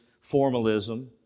formalism